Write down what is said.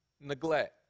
neglect